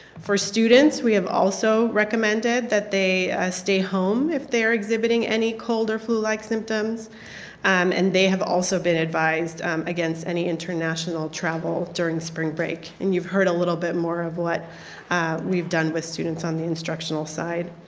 for students, we have also recommended that they stay home if they are exhibiting any cold or flu like symptoms and they have also been advised against any international travel during spring break. and you heard little bit more about what we have done with students on the instructional side.